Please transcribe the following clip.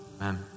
Amen